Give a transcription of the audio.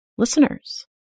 Listeners